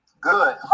good